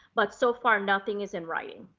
but so far nothing is in writing.